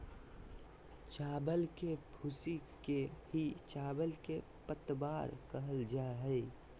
चावल के भूसी के ही चावल के पतवार कहल जा हई